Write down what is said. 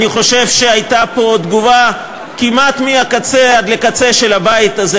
אני חושב שהייתה פה תגובה כמעט מהקצה עד לקצה של הבית הזה,